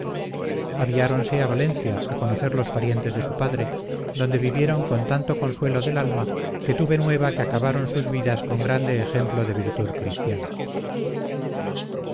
todos aviáronse a valencia a conocer los parientes de su padre donde vivieron con tanto consuelo del alma que tuve nueva que acabaron sus vidas con grande ejemplo de virtud cristiana